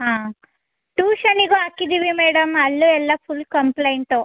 ಹಾಂ ಟೂಶನಿಗೂ ಹಾಕಿದ್ದಿವಿ ಮೇಡಮ್ ಅಲ್ಲೂ ಎಲ್ಲ ಫುಲ್ ಕಂಪ್ಲೇಂಟು